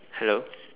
hello